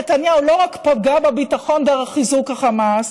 נתניהו לא רק פגע בביטחון דרך חיזוק החמאס,